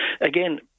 Again